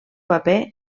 paper